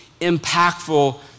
impactful